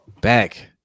back